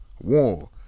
war